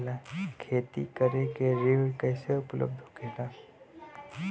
खेती करे के ऋण कैसे उपलब्ध होखेला?